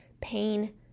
pain